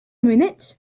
minute